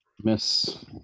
Miss